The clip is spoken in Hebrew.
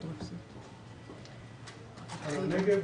הנגב,